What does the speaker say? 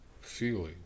feeling